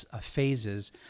phases